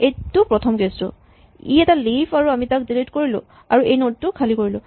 এইটো প্ৰথম কেচ টো ই এটা লিফ আৰু আমি তাক ডিলিট কৰিলোঁ আৰু এই নড টো খালী কৰিলো